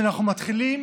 שאנחנו מתחילים